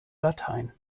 latein